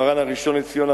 מרן הראשון לציון,